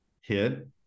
hit